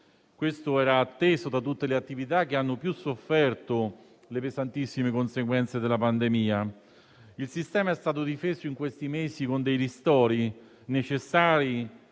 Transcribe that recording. essere, attesa da tutte le attività che hanno più sofferto le pesantissime conseguenze della pandemia. Il sistema è stato difeso negli ultimi mesi con dei ristori, necessari